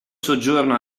soggiorno